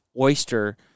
oyster